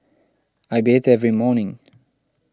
I bathe every morning